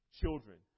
children